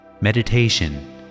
meditation